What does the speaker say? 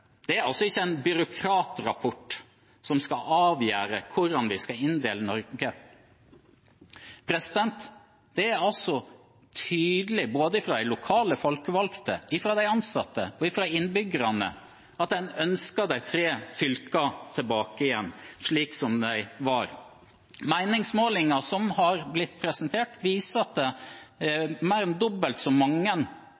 det er ikke en byråkratrapport som skal avgjøre hvordan vi skal inndele Norge. Det er tydelig fra både de lokalt folkevalgte, de ansatte og innbyggerne at en ønsker å få de tre fylkene tilbake, slik det var. Meningsmålinger som har blitt presentert, viser at det